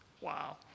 Wow